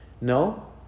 No